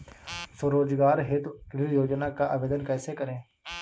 स्वरोजगार हेतु ऋण योजना का आवेदन कैसे करें?